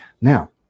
Now